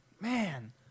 man